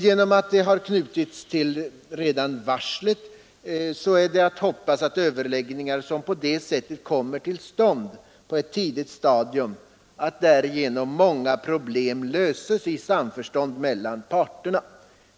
Genom att överläggningar på det sättet kommer till stånd på ett tidigt stadium kan man hoppas att många problem löses i samförstånd mellan parterna.